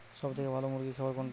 সবথেকে ভালো মুরগির খাবার কোনটি?